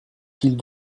qu’ils